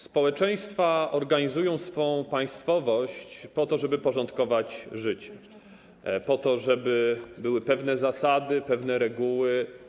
Społeczeństwa organizują swoją państwowość po to, żeby porządkować życie, żeby były pewne zasady, pewne reguły.